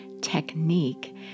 technique